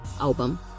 album